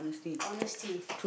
honesty